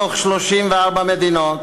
מתוך 34 מדינות.